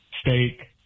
steak